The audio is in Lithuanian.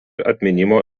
atminimo